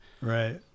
Right